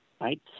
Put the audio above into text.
right